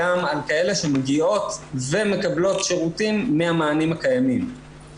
גם על כאלה שמגיעות ומקבלות שירותים מהמענים הקיימים.